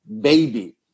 baby